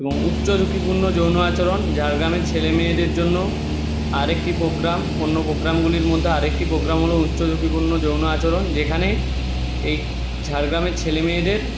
এবং উচ্চ ঝুঁকিপূর্ণ যৌন আচরণ ঝাড়গ্রামের ছেলে মেয়েদের জন্য আরেকটি পোগ্রাম অন্য পোগ্রামগুলির মধ্যে আরেকটি পোগ্রাম হলো উচ্চ ঝুঁকিপূর্ণ যৌন আচরণ যেখানে এই ঝাড়গ্রামের ছেলে মেয়েদের